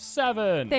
seven